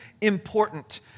important